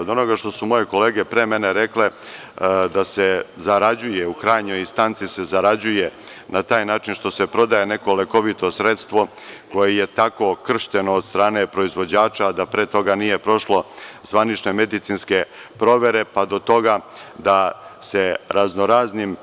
Od onoga što su moje kolege pre mene rekle da se zarađuje, u krajnjoj instanci se zarađuje na taj način što se prodaje neko lekovito sredstvo koje je tako kršteno od strane proizvođača, a da pre toga nije prošlo zvanične medicinske provere, pa do toga da se raznoraznim